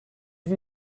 sie